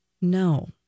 no